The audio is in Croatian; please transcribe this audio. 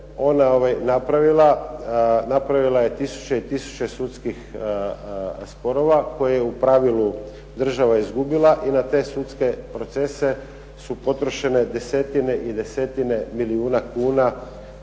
Napravila je tisuće i tisuće sudskih sporova, koje je u pravilu država izgubila. I na te sudske procese su potrošene desetine i desetine milijuna kuna